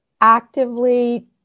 actively